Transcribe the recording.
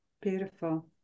Beautiful